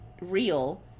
real